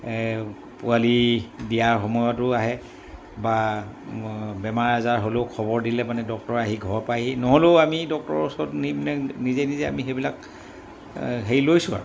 পোৱালি দিয়াৰ সময়তো আহে বা বেমাৰ আজাৰ হ'লেও খবৰ দিলে মানে ডক্তৰ আহি ঘৰ পাইহি নহ'লেও আমি ডক্তৰৰ ওচৰত নিপিনে নিজে নিজে আমি সেইবিলাক হেৰি লৈছোঁ আৰু